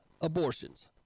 abortions